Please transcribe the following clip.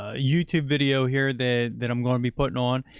ah youtube video here that, that i'm going to be putting on.